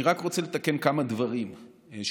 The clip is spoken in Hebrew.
אני רק רוצה לתקן כמה דברים שנאמרו: